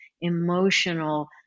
emotional